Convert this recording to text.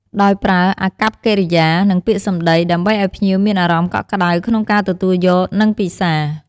ដោយប្រើអាកប្បកិរិយា និងពាក្យសម្ដី ដើម្បីឲ្យភ្ញៀវមានអារម្មណ៍កក់ក្តៅក្នុងការទទួលយក និងពិសារ។